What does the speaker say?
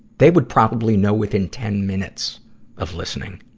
they would probably know within ten minutes of listening.